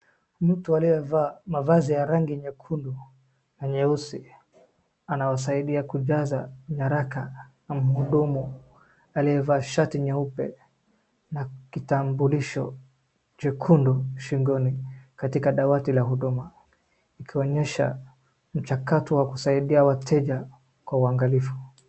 Mtu aliyevaa mavazi ya rangi ya nyekundu na nyeusi, anasaidia kujaza nyaraka ya mhudumu aliyevaa shati nyeupe na kitambulisho jekundu shingoni, kaitaka dawati ya huduma, ikionyesha mchakato ya kusaidia wateja, kwa uangalifu.